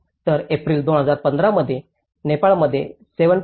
तर एप्रिल 2015 मध्ये नेपाळमध्ये 7